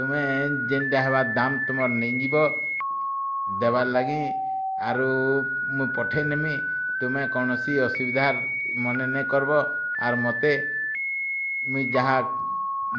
ତମେ ଯେନ୍ ଯାହାର୍ ଦାମ୍ ତୁମେ ନେଇ ଯିବ ଦେବାର୍ ଲାଗି ଆରୁ ମୁଁ ପଠେଇ ନେମି ତୁମେ କୌଣସି ଅସୁବିଧାର୍ ମନେ ନେଇ କର୍ବ ଆର ମୋତେ ମୁଇଁ ଯାହା